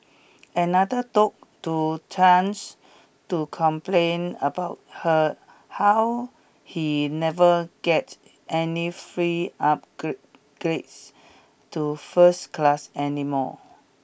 another took to chance to complain about her how he never gets any free grades to first class anymore